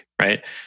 right